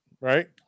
right